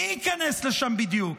מי ייכנס לשם בדיוק?